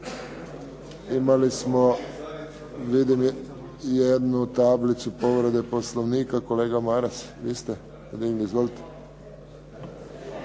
Imali smo vidim jednu tablicu povrede Poslovnika. Kolega Maras, vi ste na redu. Izvolite.